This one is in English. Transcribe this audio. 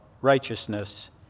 righteousness